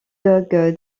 dogg